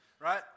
right